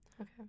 Okay